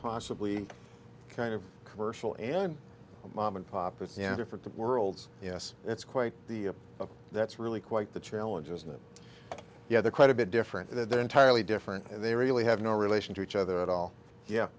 possibly kind of commercial and mom and pop it's yeah different worlds yes it's quite the but that's really quite the challenge isn't it the other quite a bit different they're entirely different and they really have no relation to each other at all yeah